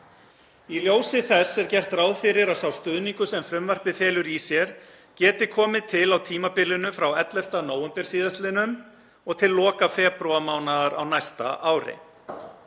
Í ljósi þess er gert ráð fyrir að sá stuðningur sem frumvarpið felur í sér geti komið til á tímabilinu frá 11. nóvember síðastliðnum og til loka febrúarmánaðar á næsta ári.